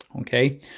okay